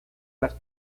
las